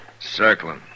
Circling